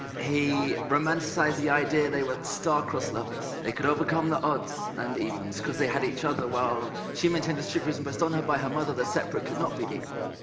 he romanticized the idea they were star-crossed lovers. they could overcome the odds and evens because they had each other. while she maintained the strict views imposed on her by her mother that separate could not be equal.